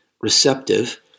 receptive